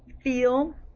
feel